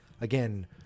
again